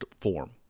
form